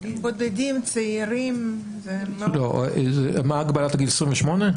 מה הגבלת הגיל, 28?